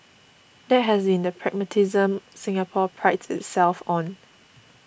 that has been the pragmatism Singapore prides itself on